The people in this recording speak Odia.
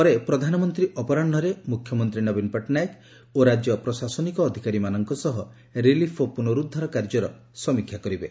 ପରେ ପ୍ରଧାନମନ୍ତୀ ଅପରାହୁରେ ମୁଖ୍ୟମନ୍ତୀ ନବୀନ ପଟ୍ଟନାୟକ ଓ ରାକ୍ୟ ପ୍ରଶାସନିକ ଅଧିକାରୀମାନଙ୍କ ସହ ରିଲିଫ୍ ଓ ପୁନରୁଦ୍ଧାର କାର୍ଯ୍ୟର ସମୀକ୍ଷା କରିବେ